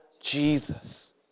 Jesus